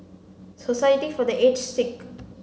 society for the Aged Sick